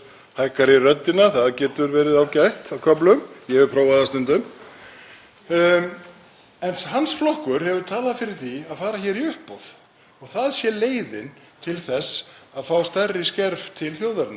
að það sé leiðin til þess að fá stærri skerf til þjóðarinnar. Um það er engin sátt, hv. þingmaður. Sú aðferð hefur verið prófuð á þó nokkrum stöðum og allir hafa horfið frá henni, allir.